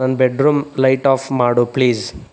ನನ್ನ bedroom light off ಮಾಡು please